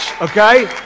Okay